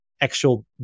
actual